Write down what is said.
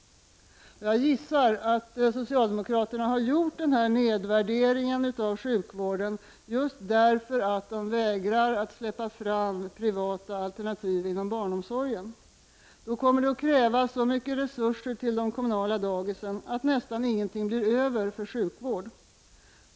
Jag gissar att socialdemokraterna har gjort nedvärdering av sjukvården därför att de vägrar släppa fram privata alternativ inom barnomsorgen. Då kommer de att kräva så mycket resurser till kommunala dagis att nästan inget blir över för sjukvården.